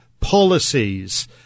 policies